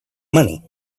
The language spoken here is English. money